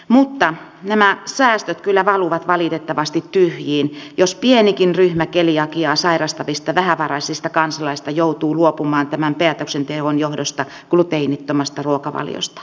mutta nämä säästöt kyllä valuvat valitettavasti tyhjiin jos pienikin ryhmä keliakiaa sairastavista vähävaraisista kansalaisista joutuu luopumaan tämän päätöksenteon johdosta gluteenittomasta ruokavaliosta